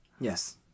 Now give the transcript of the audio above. Yes